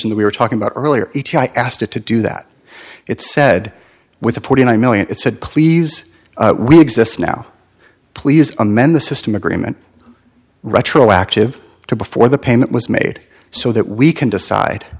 decision that we were talking about earlier i asked it to do that it said with the forty nine million it said please we exist now please amend the system agreement retroactive to before the payment was made so that we can decide